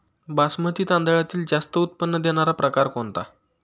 बासमती तांदळातील जास्त उत्पन्न देणारा प्रकार कोणता?